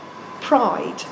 pride